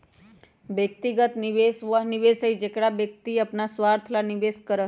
व्यक्तिगत निवेश वह निवेश हई जेकरा में व्यक्ति अपन स्वार्थ ला निवेश करा हई